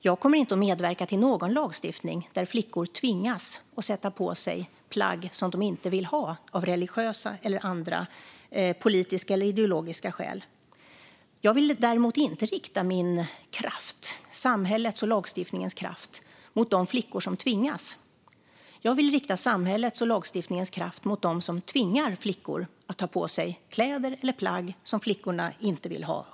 Jag kommer inte att medverka till någon lagstiftning där flickor av religiösa, politiska eller ideologiska skäl tvingas att sätta på sig plagg som de inte vill ha. Jag vill dock inte rikta samhällets eller lagstiftningens kraft mot de flickor som tvingas. Jag vill rikta samhällets och lagstiftningens kraft mot dem som tvingar flickor att ta på sig plagg som de själva inte vill ha.